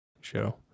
show